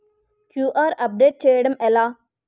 QR update చేయడం ఎలా?